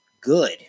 good